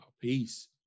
Peace